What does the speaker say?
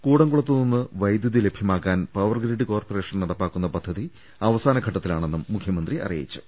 കൂടംകുളത്ത് നിന്ന് വൈദ്യുതി ലഭ്യ മാക്കാൻ പവർഗ്രിഡ് കോർപ്പറേഷൻ നടപ്പാക്കുന്ന പദ്ധതി അവസാന ഘട്ടത്തിലാണെന്നും മുഖ്യമന്ത്രി അറിയിച്ചു